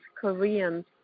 Koreans